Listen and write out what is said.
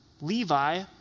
Levi